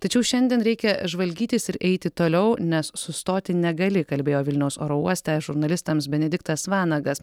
tačiau šiandien reikia žvalgytis ir eiti toliau nes sustoti negali kalbėjo vilniaus oro uoste žurnalistams benediktas vanagas